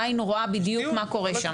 העין רואה בדיוק מה קורה שם.